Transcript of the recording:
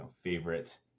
favorite